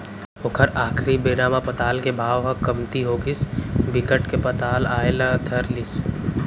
ओखर आखरी बेरा म पताल के भाव ह कमती होगिस बिकट के पताल आए ल धर लिस